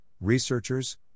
researchers